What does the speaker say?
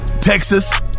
Texas